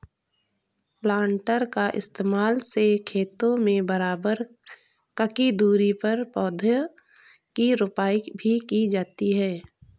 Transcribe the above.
planter का इस्तेमाल से खेतों में बराबर ककी दूरी पर पौधा की रोपाई भी की जाती है